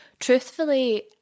truthfully